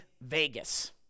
Vegas